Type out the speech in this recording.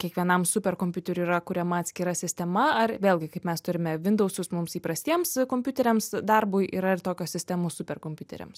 kiekvienam superkompiuteriui yra kuriama atskira sistema ar vėlgi kaip mes turime windausus mums įprastiems kompiuteriams darbui yra ir tokios sistemos superkompiuteriams